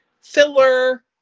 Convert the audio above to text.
filler